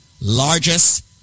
largest